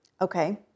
Okay